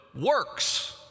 works